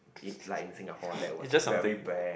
like in Singapore there was very bare